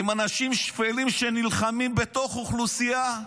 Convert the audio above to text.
אנשים שפלים שנלחמים בתוך אוכלוסייה,